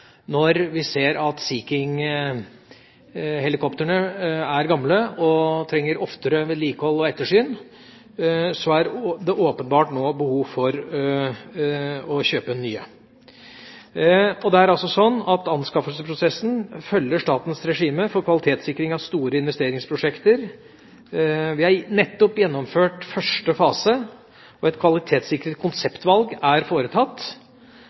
at Sea King-helikoptrene er gamle og trenger oftere vedlikehold og ettersyn. Det er derfor nå åpenbart behov for å kjøpe nye. Anskaffelsesprosessen følger statens regime for kvalitetssikring av store investeringsprosjekter. Vi har nettopp gjennomført første fase, og et kvalitetssikret konseptvalg er foretatt.